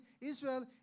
Israel